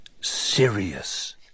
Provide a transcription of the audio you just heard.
Serious